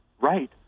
right